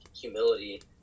humility